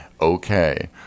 Okay